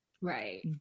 Right